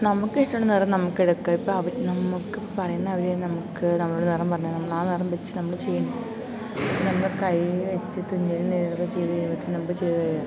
നമുക്കിഷ്ടമുള്ള നിറം നമുക്കെടുക്കാം ഇപ്പം അവർ നമുക്ക് പറയുന്നവരെ നമുക്ക് നമ്മളൊരു നിറം പറഞ്ഞാൽ നമ്മളാ നിറം വെച്ച് നമ്മൾ ചെയ്യണം നമ്മൾ കൈ വെച്ച് തുന്നലും നെയ്തൊക്കെ ചെയ്ത് കയ്യുമ്പോഴത്തേന് നമുക്ക് ചെയ്തു കഴിയാം